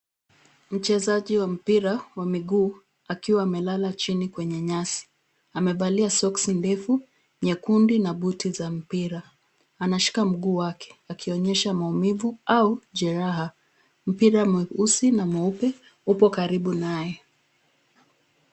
Mchezaji wa mpira wa mguu, akiwa amelala chini kwenye nyasi, amevalia soksi ndefu nyekundu na buti za mpira. Anashika mguu wake akionyesha maumivu au jeraha. Mpira mweusi na mweupe uko karibu naye.